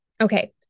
Okay